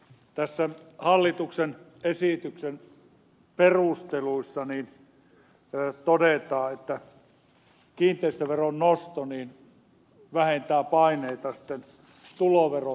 näissä hallituksen esityksen perusteluissa todetaan että kiinteistöveron nosto vähentää paineita tuloverotuksen korottamiseen